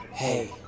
Hey